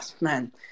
man